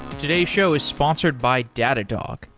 today's show is sponsored by datadog,